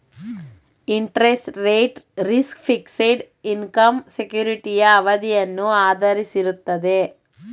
interest rate risk, fixed income ಸೆಕ್ಯೂರಿಟಿಯ ಅವಧಿಯನ್ನು ಆಧರಿಸಿರುತ್ತದೆ